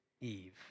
Eve